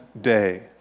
day